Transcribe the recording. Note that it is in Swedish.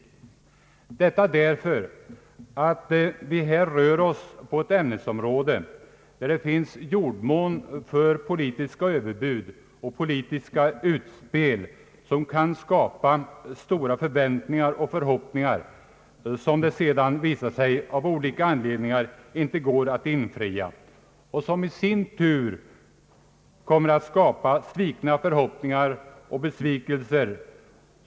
Vi har velat markera denna enighet därför att vi här rör oss inom ett ämnesområde där det finns jordmån för politiska överbud och politiska utspel som kan skapa stora förväntningar och förhoppningar, som det sedan av olika anledningar kanske visar sig omöjligt att infria, vilket i sin tur skapar svikna förhoppningar och besvikelser.